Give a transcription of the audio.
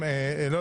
אושר.